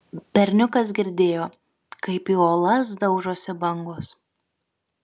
berniukas girdėjo kaip į uolas daužosi bangos